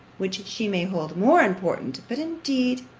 which she may hold more important but, indeed,